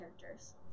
characters